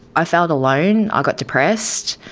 i felt alone, i got depressed.